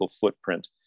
footprint